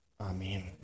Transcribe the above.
Amen